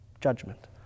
judgment